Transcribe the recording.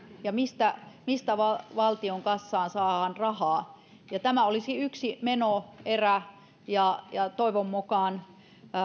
ja mistä mistä valtion kassaan saadaan rahaa ja tämä olisi yksi menoerä toivon mukaan